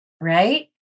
right